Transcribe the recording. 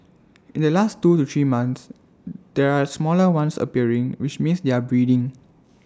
in the last two to three months there are smaller ones appearing which means they are breeding